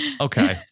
Okay